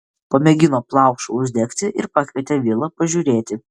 pamėgino plaušą uždegti ir pakvietė vilą pažiūrėti